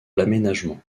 l’aménagement